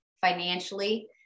financially